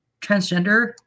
transgender